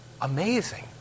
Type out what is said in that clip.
amazing